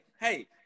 hey